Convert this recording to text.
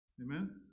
Amen